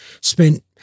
spent